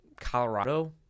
Colorado